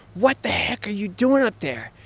what the heck are you doing up there?